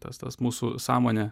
tas tas mūsų sąmonė